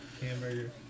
Hamburger